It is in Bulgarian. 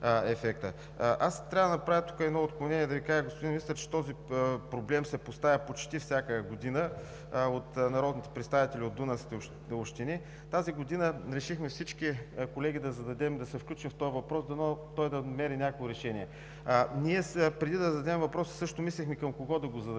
аз трябва да направя едно отклонение, за да Ви кажа, господин Министър, че този проблем се поставя почти всяка година от народните представители от дунавските общини. Тази година решихме всички колеги да се включим в този въпрос и дано той да намери някакво решение. Преди да зададем въпроса, ние мислехме към кого да го зададем.